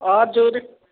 हजुर